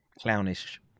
clownish